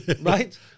right